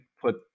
put